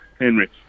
henry